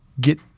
get